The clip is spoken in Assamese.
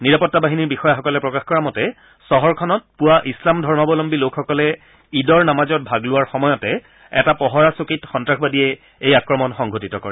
নিৰাপত্তা বাহিনীৰ বিষয়াসকলে প্ৰকাশ কৰা মতে চহৰখনত পুৱা ইছলাম ধৰ্মৱলম্বী লোকসকলে ঈদৰ নামাজত ভাগ লোৱাৰ সময়তে এটা পহৰা চকীত সন্তাসবাদীয়ে এই আক্ৰমণ সংঘটিত কৰে